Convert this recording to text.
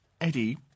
Eddie